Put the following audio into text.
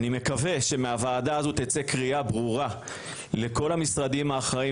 אני מקווה שמהוועדה הזו תצא קריאה ברורה לכל המשרדים האחראיים,